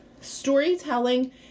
Storytelling